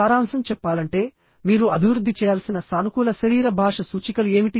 సారాంశం చెప్పాలంటే మీరు అభివృద్ధి చేయాల్సిన సానుకూల శరీర భాష సూచికలు ఏమిటి